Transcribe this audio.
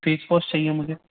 face wash چاہیے مجھے